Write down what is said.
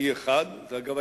E1. אגב,